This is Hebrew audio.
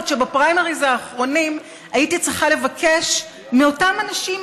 עד שבפריימריז האחרונים הייתי צריכה לבקש מאותם אנשים,